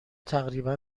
تقریبا